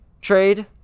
trade